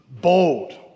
bold